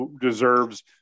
deserves